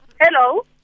Hello